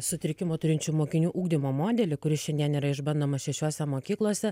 sutrikimų turinčių mokinių ugdymo modelį kuris šiandien yra išbandomas šešiose mokyklose